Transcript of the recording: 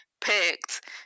picked